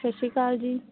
ਸਤਿ ਸ਼੍ਰੀ ਅਕਾਲ ਜੀ